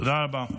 תודה רבה.